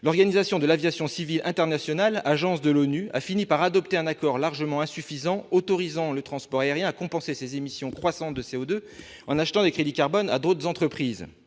l'Organisation de l'aviation civile internationale, qui est une agence de l'ONU, a fini par adopter un accord, largement insuffisant cependant, autorisant le transport aérien à compenser ses émissions croissantes de CO2 en achetant des crédits carbone à d'autres entreprises.